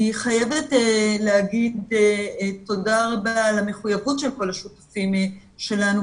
אני חייבת להגיד תודה רבה על המחויבות של כל השותפים שלנו,